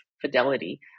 fidelity